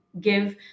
give